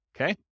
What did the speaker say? Okay